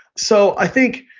so i think